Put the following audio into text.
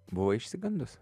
buvai išsigandus